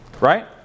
Right